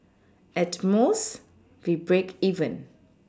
at most we break even